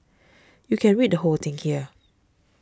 you can read the whole thing here